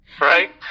right